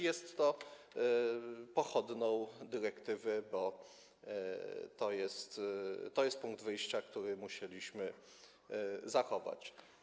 Jest to pochodną dyrektywy, bo to jest punkt wyjścia, który musieliśmy zachować.